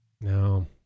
No